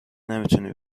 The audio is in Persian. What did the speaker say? نمیتونی